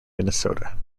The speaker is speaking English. minnesota